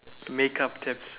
makeup tips